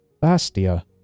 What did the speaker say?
Bastia